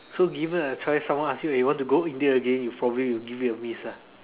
so given a choice someone ask you eh want to go India again you'll probably would give it a miss lah